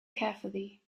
carefully